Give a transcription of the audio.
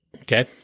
Okay